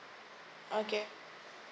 okay